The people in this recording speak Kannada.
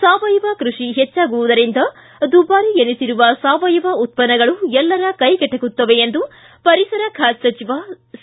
ಸಾವಯವ ಕೃಷಿ ಹೆಚ್ಚಾಗುವುದರಿಂದ ದುಬಾರಿ ಎನಿಸಿರುವ ಸಾವಯವ ಉತ್ಪನ್ನಗಳು ಎಲ್ಲರ ಕೈಗೆಟುಕುತ್ತವೆ ಎಂದು ಪರಿಸರ ಖಾತೆ ಸಚಿವ ಸಿ